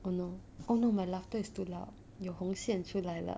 oh no oh no my laughter is too loud 有红线出来了